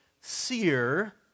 sear